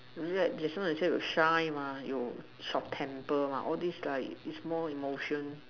that's why I say you shy mah you short temper mah all these like is more emotion